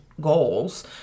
goals